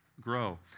grow